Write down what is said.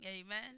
Amen